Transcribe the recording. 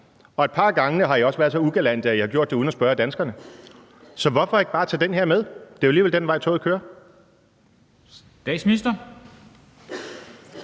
og et par af gangene har I også været så ugalante, at I har gjort det uden at spørge danskerne. Så hvorfor ikke bare tage den her med? Det er jo alligevel den vej, toget kører. Kl.